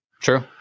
True